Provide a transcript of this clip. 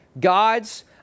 God's